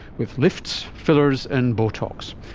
with lifts, fillers and botox.